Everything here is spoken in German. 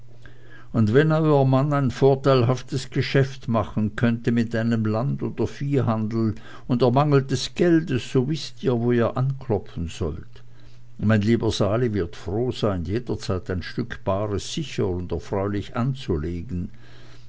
und wenn euer mann ein vorteilhaftes geschäft machen könnte mit einem land oder viehhandel und er mangelt des geldes so wißt ihr wo ihr anklopfen sollt mein lieber sali wird froh sein jederzeit ein stück bares sicher und erfreulich anzulegen